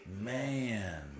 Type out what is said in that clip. Man